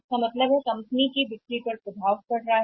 तो इसका मतलब है कि कंपनियों की बिक्री कर रहे हैं लग जाना